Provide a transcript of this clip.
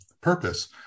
purpose